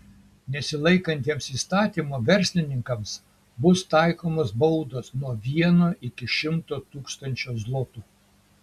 nesilaikantiems įstatymo verslininkams bus taikomos baudos nuo vieno iki šimto tūkstančio zlotų